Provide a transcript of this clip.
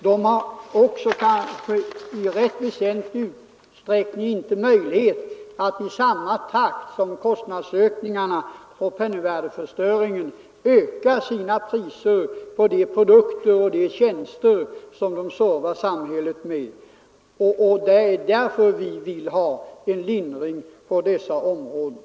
De små företagen har inte heller möjlighet att i takt med kostnadsökningarna och penningvärdeförstöringen höja sina priser på de produkter och tjänster som de servar samhället med. Det är därför vi vill ha en lindring på dessa områden.